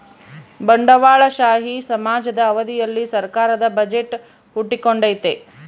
ಬಂಡವಾಳಶಾಹಿ ಸಮಾಜದ ಅವಧಿಯಲ್ಲಿ ಸರ್ಕಾರದ ಬಜೆಟ್ ಹುಟ್ಟಿಕೊಂಡೈತೆ